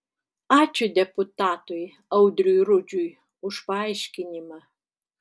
ačiū deputatui audriui rudžiui už paaiškinimą